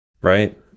Right